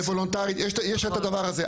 וולונטרית, יש את הדבר הזה.